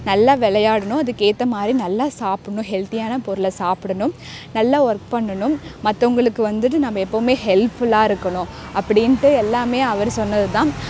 நல்லா விளையாடணும் அதுக்கு ஏற்ற மாதிரி நல்லா சாப்பிட்ணும் ஹெல்த்தியான பொருளை சாப்பிடணும் நல்லா ஒர்க் பண்ணணும் மற்றவங்களுக்கு வந்துட்டு நம்ம எப்பவுமே ஹெல்ப் ஃபுல்லாக இருக்கணும் அப்படீன்ட்டு எல்லாமே அவர் சொன்னது தான்